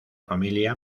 familia